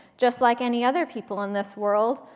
just like any other people in this world.